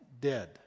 dead